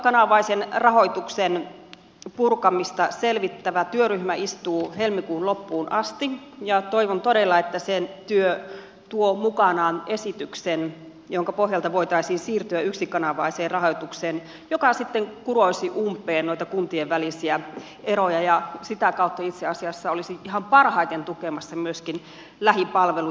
monikanavaisen rahoituksen purkamista selvittävä työryhmä istuu helmikuun loppuun asti ja toivon todella että sen työ tuo mukanaan esityksen jonka pohjalta voitaisiin siirtyä yksikanavaiseen rahoitukseen joka sitten kuroisi umpeen noita kuntien välisiä eroja ja sitä kautta itse asiassa olisi ihan parhaiten tukemassa myöskin lähipalveluja